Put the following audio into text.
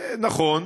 נכון,